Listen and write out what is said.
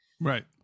right